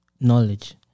knowledge